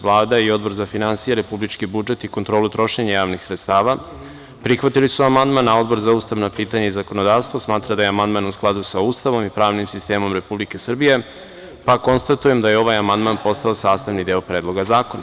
Vlada i Odbor za finansije, republički budžet i kontrolu trošenja javnih sredstava prihvatili su amandman, a Odbor za ustavna pitanja i zakonodavstvo smatra da je amandman u skladu sa Ustavom i pravnim sistemom Republike Srbije, pa konstatujem da je ovaj amandman postao sastavni deo Predloga zakona.